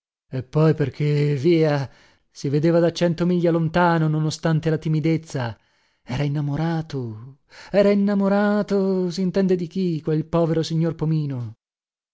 e poi perché via si vedeva da cento miglia lontano non ostante la timidezza era innamorato era innamorato sintende di chi quel povero signor pomino